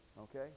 Okay